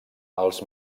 els